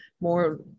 more